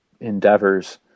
endeavors